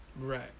Right